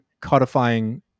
codifying